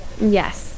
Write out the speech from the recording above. yes